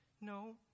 no